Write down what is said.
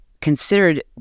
considered